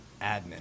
admin